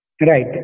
Right